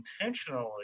intentionally